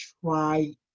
try